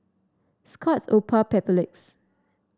Scott's Oppo Papulex